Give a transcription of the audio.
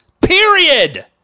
period